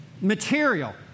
material